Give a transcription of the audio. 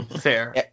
Fair